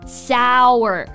sour